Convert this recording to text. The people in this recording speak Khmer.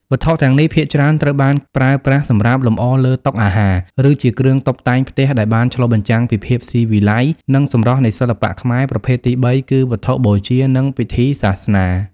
វត្ថុទាំងនេះភាគច្រើនត្រូវបានប្រើប្រាស់សម្រាប់លម្អលើតុអាហារ ឬជាគ្រឿងតុបតែងផ្ទះ ដែលបានឆ្លុះបញ្ចាំងពីភាពស៊ីវិល័យនិងសម្រស់នៃសិល្បៈខ្មែរ។ ប្រភេទទីបីគឺ វត្ថុបូជា និងពិធីសាសនា។